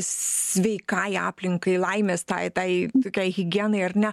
sveikai aplinkai laimės tai tai tokiai higienai ar ne